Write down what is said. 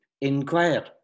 inquire